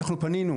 אנחנו פנינו,